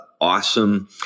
awesome